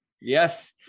Yes